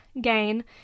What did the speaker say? gain